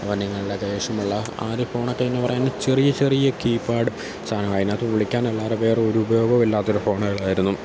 അപ്പോൾ നിങ്ങളുടെ കൈവശമുള്ള ആദ്യ ഫോണൊക്കെയെന്ന് പറയുന്ന ചെറിയ ചെറിയ കീപാഡ് സാധനമായിരുന്നു അത് വിളിക്കാനല്ലാതെ വേറൊരുപയോഗവും ഇല്ലാത്തൊരു ഫോണായിരുന്നു